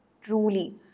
Truly